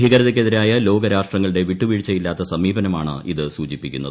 ഭീകരതയ്ക്കെതിരായ ലോകരാഷ്ട്രങ്ങളുടെ വിട്ടുവീഴ്ചയില്ലാത്ത സമീപനമാണ് ഇത് സൂചിപ്പിക്കുന്നത്